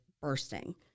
bursting